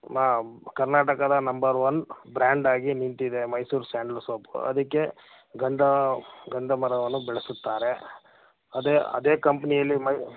ಮಾ ಕರ್ನಾಟಕದ number one ಬ್ರ್ಯಾಂಡಾಗಿ ನಿಂತಿದೆ ಮೈಸೂರ್ ಸ್ಯಾಂಡ್ಲ್ ಸೋಪ್ ಅದಕ್ಕೆ ಗಂಧ ಗಂಧ ಮರವನ್ನು ಬೆಳೆಸುತ್ತಾರೆ ಅದೇ ಅದೇ ಕಂಪ್ನಿಯಲ್ಲಿ ಮೈ